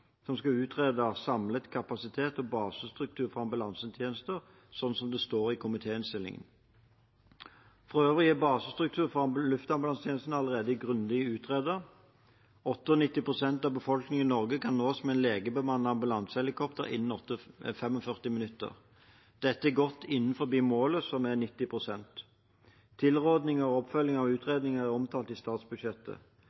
som skal utrede samlet kapasitet og basestruktur for ambulansetjenester, slik det står i komitéinnstillingen. For øvrig er basestruktur for luftambulansetjenesten allerede grundig utredet. 98 pst. av befolkningen i Norge kan nås med legebemannet ambulansehelikopter innen 45 minutter. Dette er godt innenfor målet, som er 90 pst. Tilrådingene og oppfølgingen av